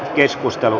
keskustelu